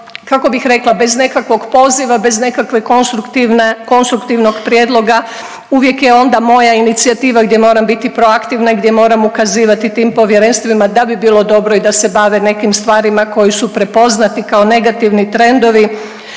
kako bih rekla bez nekakvog poziva, bez nekakvog konstruktivnog prijedloga uvijek je onda moja inicijativa gdje moram biti proaktivna, gdje moram ukazivati tim povjerenstvima da bi bilo dobro i da se bave nekim stvarima koji su prepoznati kao negativni trendovi